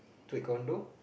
taekwondo